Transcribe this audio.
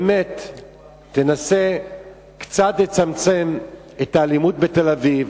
באמת תנסה קצת לצמצם את האלימות בתל-אביב,